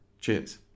Cheers